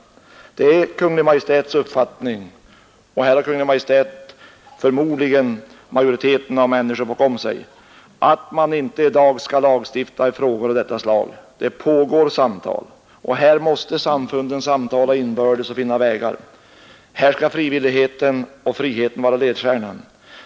Det är Kungl. Maj:ts uppfattning — och här har Kungl. Maj:t förmodligen majoriteten av människor bakom sig — att man inte i dag skall lagstifta i frågor av detta slag. Det pågår samtal — och här måste samfunden samtala inbördes och finna vägar. Här skall frivilligheten och friheten vara ledstjärnan.